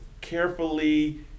carefully